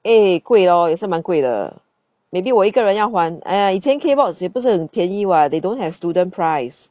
eh 贵咯也是蛮贵的 maybe 我一个人要还 !aiya! 以前 K box 也不是很便宜 [what] they don't have student price